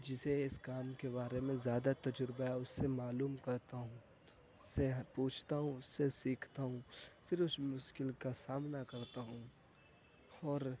جسے اس کام کے بارے میں زیادہ تجربہ ہے اس سے معلوم کرتا ہوں اس سے پوچھتا ہوں اس سے سیکھتا ہوں پھر اس مشکل کا سامنا کرتا ہوں اور